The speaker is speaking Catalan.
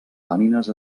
làmines